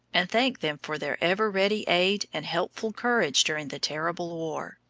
and thank them for their ever ready aid and helpful courage during the terrible war.